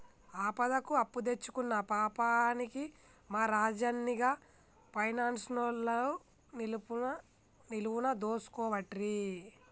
ఆపదకు అప్పుదెచ్చుకున్న పాపానికి మా రాజన్ని గా పైనాన్సోళ్లు నిలువున దోసుకోవట్టిరి